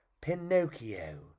Pinocchio